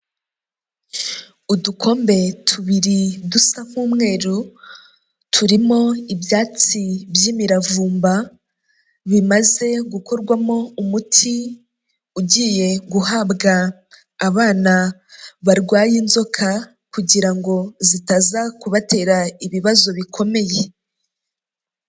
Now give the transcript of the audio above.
Udukombe tubiri dusa nk'umweru turimo ibyatsi by'imiravumba bimaze gukorwamo umuti ugiye guhabwa abana barwaye inzoka kugira ngo zitaza kubatera ibibazo bikomeye.